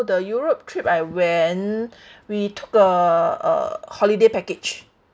the europe trip I went we took a a holiday package